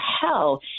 hell